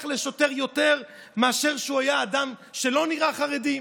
לשוטר יותר מאשר אם הוא היה אדם שלא נראה חרדי?